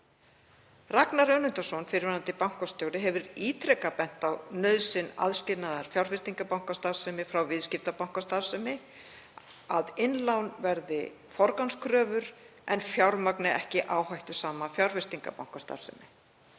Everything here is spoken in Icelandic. Ragnar Önundarson, fyrrverandi bankastjóri, hefur ítrekað bent á nauðsyn aðskilnaðar fjárfestingarbankastarfsemi frá viðskiptabankastarfsemi, að innlán verði forgangskröfur en fjármagni ekki áhættusama fjárfestingarbankastarfsemi.